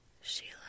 Sheila